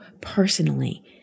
personally